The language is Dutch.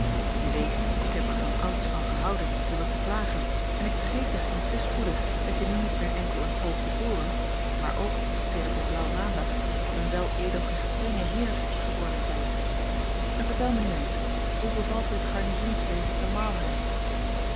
je weet ik heb er vanouds van gehouden je wat te plagen en ik vergeet misschien te spoedig dat je nu niet meer enkel een hooggeboren maar ook sedert een blaauwmaandag een weledel gestrenge heer geworden zijt en vertel mij nu eens hoe bevalt je het garnizoensleven te marlheim